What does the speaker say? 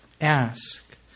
ask